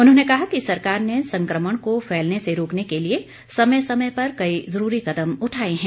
उन्होंने कहा कि सरकार ने संक्रमण को फैलने से रोकने के लिए समय समय पर कई ज़रूरी कदम उठाए हैं